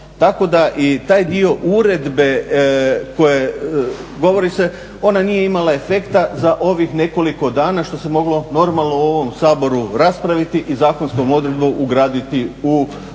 Tako da i taj dio uredbe koje, govori se ona nije imala efekta za ovih nekoliko dana što se moglo normalo u ovom Saboru raspraviti i zakonskom odredbom ugraditi u zakon.